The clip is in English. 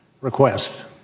request